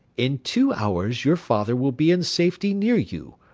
in two hours your father will be in safety near you,